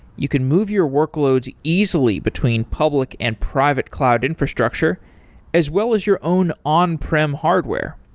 you can move your workloads easily between public and private cloud infrastructure as well as your own on-prim hardware.